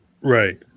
right